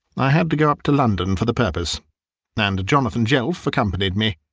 i had to go up to london for the purpose and jonathan jelf accompanied me.